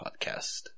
podcast